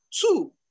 Two